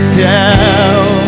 tell